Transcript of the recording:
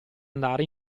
andare